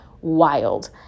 wild